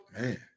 man